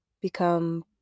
become